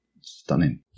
stunning